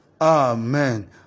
Amen